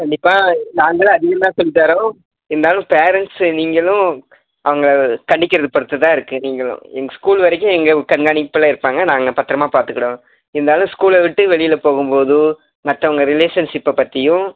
கண்டிப்பாக நாங்கள் தான் அதிகமாக சொல்லித் தரோம் இருந்தாலும் பேரண்ட்ஸு நீங்களும் அவங்கள கண்டிக்கிறதை பொறுத்து தான் இருக்குது நீங்களும் எங்கள் ஸ்கூல் வரைக்கும் எங்கள் கண்காணிப்பில் இருப்பாங்க நாங்கள் பத்திரமா பார்த்துக்கிடுவோம் இருந்தாலும் ஸ்கூலை விட்டு வெளியில் போகும்போதோ மற்றவங்க ரிலேஷன்ஷிப்பை பற்றியும்